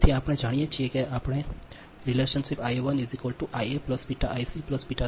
તેથી આપણે જાણીએ છીએ કે આપણે જાણીએ છીએ કે relationship Ia1 Ia B Ic B2 Ib